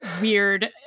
weird